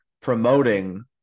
promoting